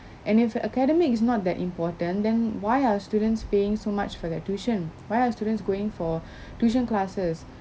and if your academic is not that important then why are students paying so much for their tuition why are students going for tuition classes